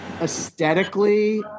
aesthetically